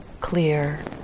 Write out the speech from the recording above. clear